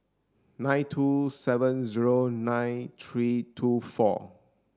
nine two seven zero nine three two four